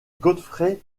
godfrey